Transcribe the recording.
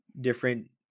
different